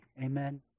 Amen